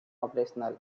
operational